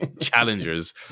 challengers